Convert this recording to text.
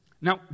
now